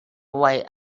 way